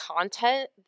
content